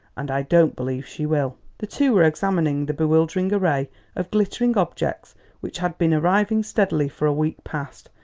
and i don't believe she will. the two were examining the bewildering array of glittering objects which had been arriving steadily for a week past,